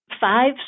five